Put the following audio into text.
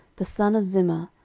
the son of zimmah,